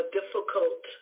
difficult